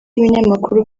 ibinyamakuru